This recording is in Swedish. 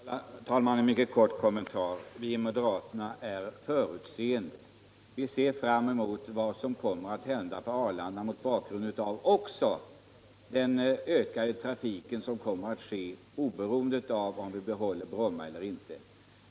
Herr talman! En mycket kort kommentar. Vi moderater är förutseende. Vi ser fram emot vad som kommer att hända på Arlanda, också mot bakgrund av den ökade trafik som kommer — oberoende av om vi behåller Bromma eller inte.